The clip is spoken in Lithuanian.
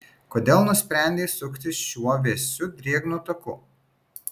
kodėl nusprendei sukti šiuo vėsiu drėgnu taku